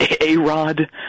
A-Rod